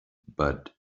but